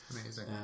Amazing